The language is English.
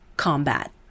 Combat